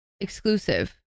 exclusive